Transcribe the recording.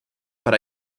para